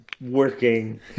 working